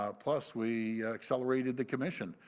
um plus, we accelerated the commission.